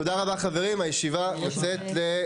תודה רבה חברים, הישיבה נעולה.